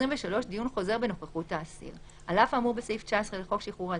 דיון חוזר בנוכחות האסיר 23. על אף האמור בסעיף 19 לחוק שחרור על-תנאי,